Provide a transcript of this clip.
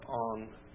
on